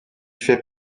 fait